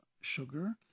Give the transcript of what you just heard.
sugar